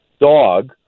dog